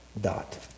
dot